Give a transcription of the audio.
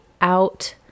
out